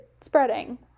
spreading